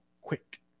quick